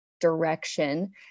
direction